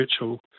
virtual